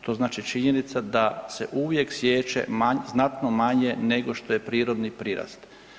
To znači činjenica da se uvijek siječe znatno manje nego što je prirodni prirast.